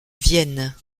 vienne